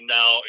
now